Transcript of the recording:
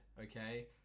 okay